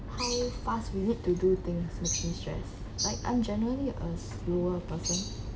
how fast we need to do things makes me stress like I'm generally a slower person